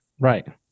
Right